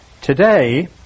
Today